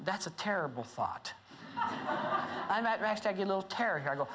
that's a terrible thought i'm at rest i get a little tear here go